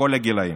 בכל הגילים.